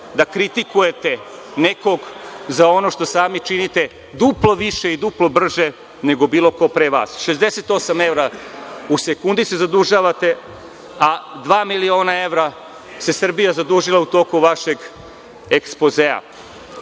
da kritikujete nekog za ono što sami činite duplo više i duplo brže nego bilo ko pre vas, 68 evra u sekundi se zadužavate, a dva miliona evra se Srbija zadužila u toku vašeg ekspozea. Što